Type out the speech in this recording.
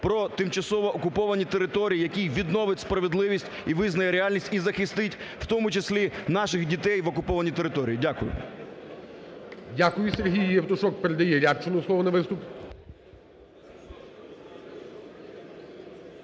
про тимчасово окуповані території, який відновить справедливість і визнає реальність, і захистить в тому числі наших дітей в окупованій території. Дякую. ГОЛОВУЮЧИЙ. Дякую. Сергій Євтушок передає Рябчину слово на виступ.